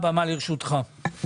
הבמה לרשותך.